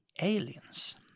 aliens